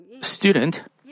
student